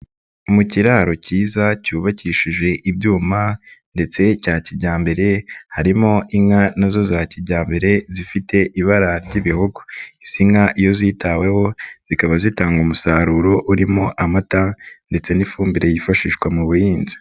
Mu kiraro kiza cyubakishije ibyuma ndetse cya kijyambere, harimo inka na zo za kijyambere, zifite ibara ry'ibihogo. Izi nka iyo zitaweho, zikaba zitanga umusaruro urimo amata ndetse n'ifumbire yifashishwa mu buhinzi.